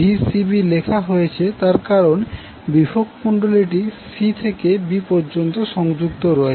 Vcb লেখা হয়েছে তার কারণ বিভব কুণ্ডলীটি c থেকে b পর্যন্ত সংযুক্ত রয়েছে